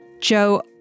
Joe